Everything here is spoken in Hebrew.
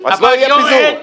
אז לא יהיה פיזור.